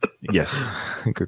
Yes